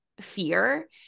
fear